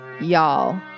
y'all